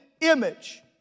image